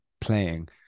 playing